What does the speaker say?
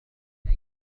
لدي